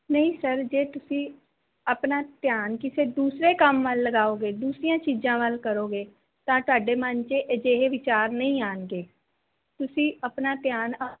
ਨਹੀਂ ਸਰ ਜੇ ਤੁਸੀਂ ਆਪਣਾ ਧਿਆਨ ਕਿਸੇ ਦੂਸਰੇ ਕੰਮ ਵੱਲ ਲਗਾਓਗੇ ਦੂਸਰੀਆਂ ਚੀਜ਼ਾਂ ਵੱਲ ਕਰੋਗੇ ਤਾਂ ਤੁਹਾਡੇ ਮਨ 'ਚ ਅਜਿਹੇ ਵਿਚਾਰ ਨਹੀਂ ਆਉਣਗੇ ਤੁਸੀਂ ਆਪਣਾ ਧਿਆਨ ਆਪ